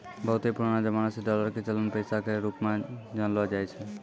बहुते पुरानो जमाना से डालर के चलन पैसा के रुप मे जानलो जाय छै